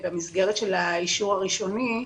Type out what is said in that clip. במסגרת של האישור הראשוני,